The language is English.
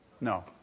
No